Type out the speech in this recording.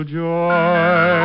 joy